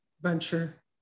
venture